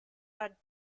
are